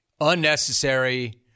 unnecessary